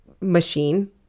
machine